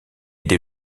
dès